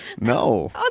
No